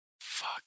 Fuck